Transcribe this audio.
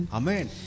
amen